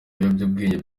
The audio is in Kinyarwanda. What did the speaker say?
ibiyobyabwenge